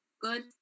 Good